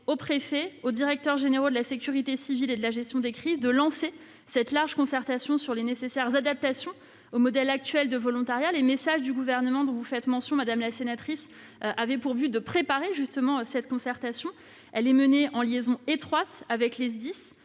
aux préfets et aux directeurs généraux de la sécurité civile et de la gestion des crises de lancer une large concertation sur les nécessaires adaptations du modèle actuel de volontariat. Les messages du Gouvernement dont vous faites mention avaient justement pour but de préparer cette concertation. Elle est menée en liaison étroite avec les SDIS,